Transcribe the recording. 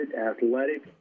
athletic